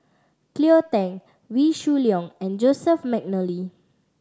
Cleo Thang Wee Shoo Leong and Joseph McNally